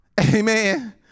amen